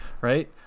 right